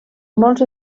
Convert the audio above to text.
molts